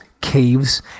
caves